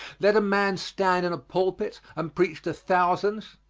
let a man stand in a pulpit and preach to thousands,